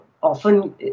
often